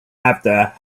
after